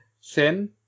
Sin